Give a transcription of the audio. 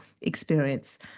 experience